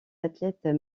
athlètes